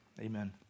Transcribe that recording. Amen